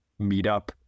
meetup